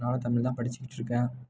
நானும் தமிழ்தான் படிச்சுட்ருக்கேன்